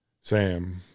Sam